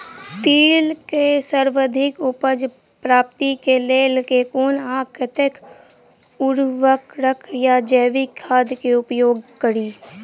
तिल केँ सर्वाधिक उपज प्राप्ति केँ लेल केँ कुन आ कतेक उर्वरक वा जैविक खाद केँ उपयोग करि?